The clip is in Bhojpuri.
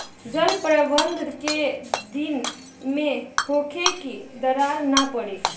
जल प्रबंधन केय दिन में होखे कि दरार न पड़ी?